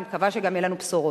ואני מקווה שגם יהיו לנו בשורות.